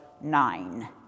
nine